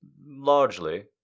Largely